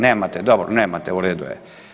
Nemate, dobro, nemate, u redu je.